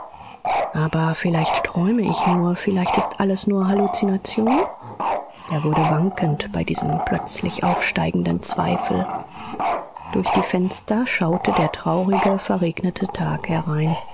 aber vielleicht träume ich nur vielleicht ist alles nur halluzination er wurde wankend bei diesem plötzlich aufsteigenden zweifel durch die fenster schaute der traurige verregnete tag herein